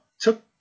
took